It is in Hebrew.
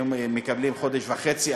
שמקבלים חודש וחצי.